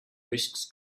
risks